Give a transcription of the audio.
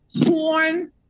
porn